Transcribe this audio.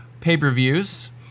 pay-per-views